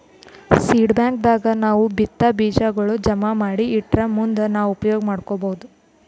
seed bank ದಾಗ್ ನಾವ್ ಬಿತ್ತಾ ಬೀಜಾಗೋಳ್ ಜಮಾ ಮಾಡಿ ಇಟ್ಟರ್ ಮುಂದ್ ನಾವ್ ಉಪಯೋಗ್ ಮಾಡ್ಕೊಬಹುದ್